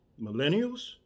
millennials